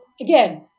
again